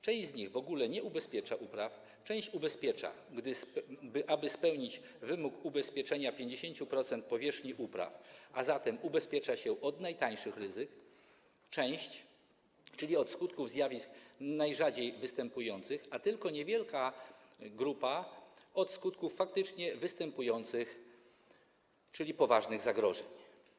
Część rolników w ogóle nie ubezpiecza upraw, część ubezpiecza, aby spełnić wymóg ubezpieczenia 50% powierzchni upraw, a zatem ubezpiecza się od najtańszych ryzyk, czyli od skutków zjawisk najrzadziej występujących, a tylko niewielka grupa ubezpiecza się od skutków faktycznie występujących, czyli poważnych zagrożeń.